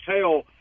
tell